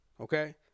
okay